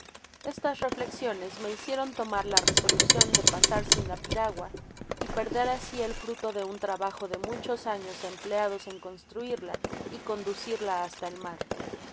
estas reflexiones me hicieron tomar la resolucion de pasar sin la piragua y perder asi el fruto de un trabajo de muchos años empleados en construirla y conducirla hasta el mar